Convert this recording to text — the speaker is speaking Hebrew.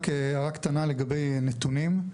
הערה קטנה לגבי נתונים: